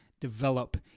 develop